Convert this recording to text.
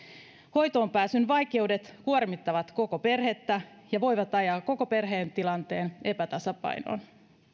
hoitoonpääsyn vaikeudet kuormittavat koko perhettä ja voivat ajaa koko perheen tilanteen epätasapainoon